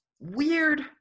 weird